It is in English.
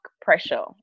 pressure